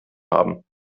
haben